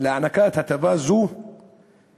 להענקת הטבה זו